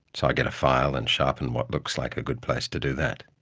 so i get a file and sharpen what looks like a good place to do that.